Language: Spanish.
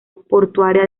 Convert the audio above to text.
portuaria